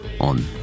on